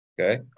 Okay